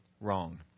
wrong